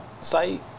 site